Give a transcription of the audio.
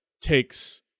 takes